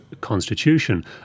constitution